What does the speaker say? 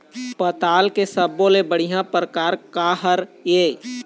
पताल के सब्बो ले बढ़िया परकार काहर ए?